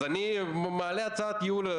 אז אני מעלה הצעת ייעול,